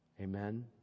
Amen